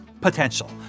potential